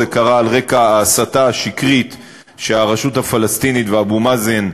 זה קרה על רקע ההסתה השקרית שהרשות הפלסטינית ואבו מאזן,